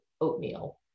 oatmeal